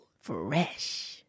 Fresh